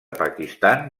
pakistan